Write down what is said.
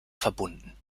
verbunden